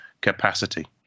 capacity